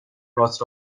راست